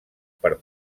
per